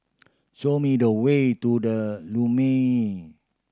show me the way to The Lumiere